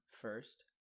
first